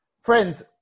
Friends